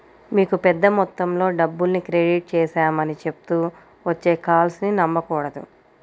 మీకు పెద్ద మొత్తంలో డబ్బుల్ని క్రెడిట్ చేశామని చెప్తూ వచ్చే కాల్స్ ని నమ్మకూడదు